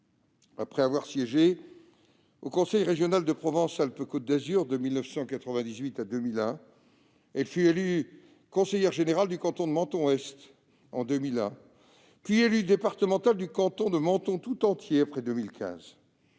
Après avoir siégé au conseil régional de Provence-Alpes-Côte d'Azur de 1998 à 2001, elle fut élue conseillère générale du canton de Menton-Est à partir de 2001, puis élue départementale du canton de Menton tout entier après 2015.